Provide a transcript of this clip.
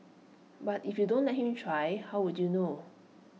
but if you don't let him try how would you know